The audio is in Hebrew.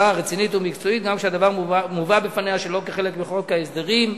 רצינית ומקצועית גם כשהדבר מובא לפניה שלא כחלק מחוק ההסדרים,